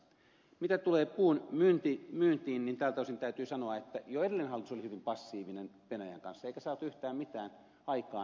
mitä tulee puun myyntiin niin tältä osin täytyy sanoa että jo edellinen hallitus oli hyvin passiivinen venäjän kanssa eikä saatu yhtään mitään aikaan